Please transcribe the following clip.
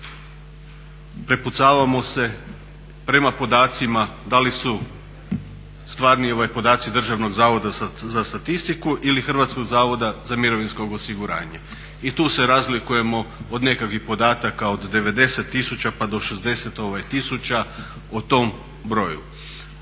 prepucavamo se prema podacima da li su stvarni podaci Državnog zavoda za statistiku ili Hrvatskog zavoda za mirovinsko osiguranje. I tu se razlikujemo od nekakvih podataka od 90 tisuća pa do 60 tisuća o tom broju.